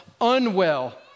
unwell